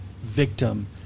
victim